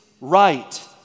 right